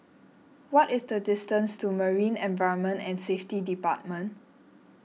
what is the distance to Marine Environment and Safety Department